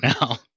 now